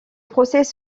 procès